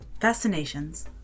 Fascinations